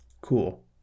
cool